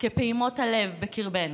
כפעימות הלב בקרבנו.